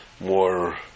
more